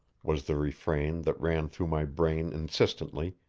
was the refrain that ran through my brain insistently,